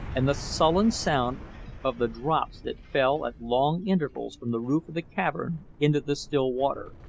and the sullen sound of the drops that fell at long intervals from the roof of the cavern into the still water,